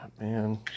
Man